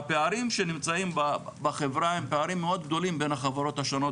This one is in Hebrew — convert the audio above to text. והפערים שנמצאים בחברה הם פערים מאוד גדולים בין החברות השונות